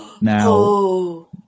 Now